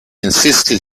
insisted